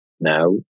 Now